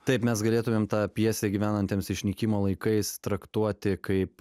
taip mes galėtumėm tą pjesę gyvenantiems išnykimo laikais traktuoti kaip